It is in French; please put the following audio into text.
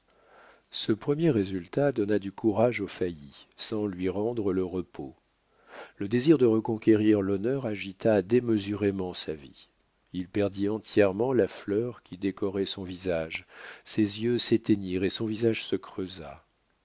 ce premier résultat donna du courage au failli sans lui rendre le repos le désir de reconquérir l'honneur agita démesurément sa vie il perdit entièrement la fleur qui décorait son visage ses yeux s'éteignirent et son visage se creusa